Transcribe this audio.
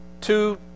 two